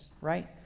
right